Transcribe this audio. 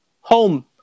Home